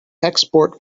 export